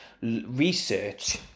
research